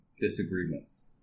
disagreements